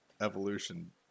evolution